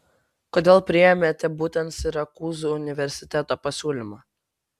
kodėl priėmėte būtent sirakūzų universiteto pasiūlymą